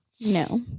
No